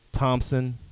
Thompson